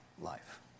life